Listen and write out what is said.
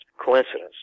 coincidence